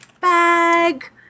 bag